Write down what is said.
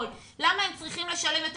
למה הם צריכים לשלם יותר